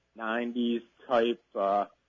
90s-type